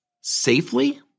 safely